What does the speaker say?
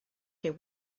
care